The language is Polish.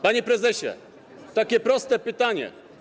Panie prezesie, takie proste pytanie.